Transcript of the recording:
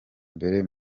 mbere